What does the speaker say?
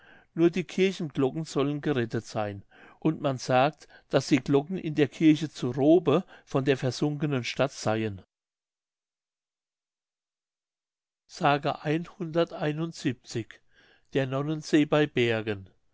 nur die kirchenglocken sollen gerettet seyn und man sagt daß die glocken in der kirche zu robe von der versunkenen stadt seyen der nonnensee bei bergen